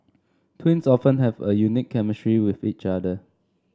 twins often have a unique chemistry with each other